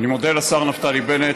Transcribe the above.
אני מודה לשר נפתלי בנט,